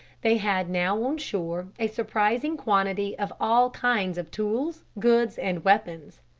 they had now on shore a surprising quantity of all kinds of tools, goods and weapons.